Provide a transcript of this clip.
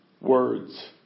words